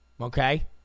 okay